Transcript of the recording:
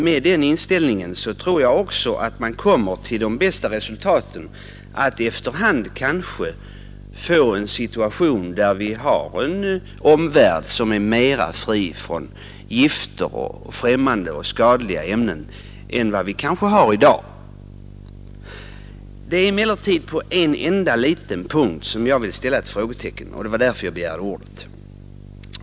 Med den inställningen kommer vi nog också till de bästa resultaten och får kanske efter hand en situation, där vi har en omvärld som är mera fri från gifter och främmande och skadliga ämnen än i dag. På en enda liten punkt vill jag emellertid ställa en fråga, och det var därför jag begärde ordet.